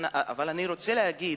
אני רוצה להגיד